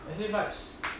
S_A vibes